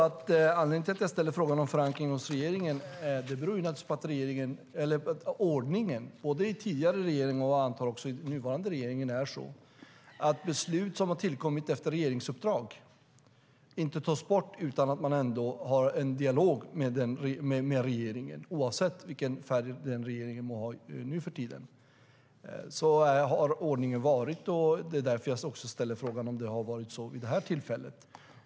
Anledningen till att jag ställde frågan om förankring hos regeringen är naturligtvis att ordningen i regeringar - både i tidigare och jag antar också i den nuvarande - är att beslut som har tillkommit efter regeringsuppdrag inte tas bort utan att man har en dialog med regeringen, oavsett vilken färg den må ha för tillfället. Sådan har ordningen varit, och det är därför jag ställer frågan om huruvida det har varit så också vid det här tillfället.